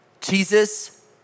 Jesus